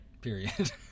Period